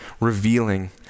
revealing